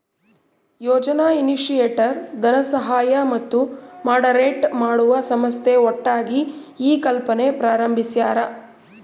ಯೋಜನಾ initiator ಧನಸಹಾಯ ಮತ್ತು moderate ಮಾಡುವ ಸಂಸ್ಥೆ ಒಟ್ಟಾಗಿ ಈ ಕಲ್ಪನೆ ಪ್ರಾರಂಬಿಸ್ಯರ